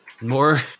More